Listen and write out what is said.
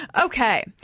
Okay